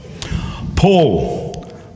paul